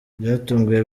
byatunguye